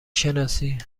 شناسی